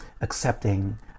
accepting